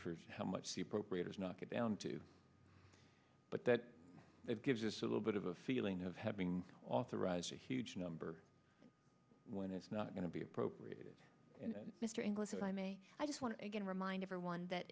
for how much the appropriators knock it down to but that it gives us a little bit of a feeling of having authorized a huge number when it's not going to be appropriate and mr inglis if i may i just want to again remind everyone that